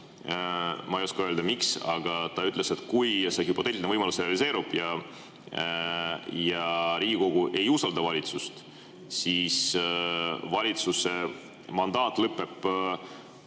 ma ei oska öelda, miks. Ta ütles, et kui see hüpoteetiline võimalus realiseerub ja Riigikogu ei usalda valitsust, siis valitsuse mandaat lõpeb